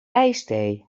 ijsthee